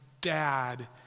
dad